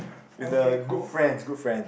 with the good friends good friend